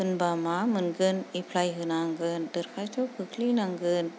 होनबा मा मोनगोन एप्लाय होनांगोन दरखास्थ' खोख्लैनांगोन